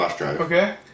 Okay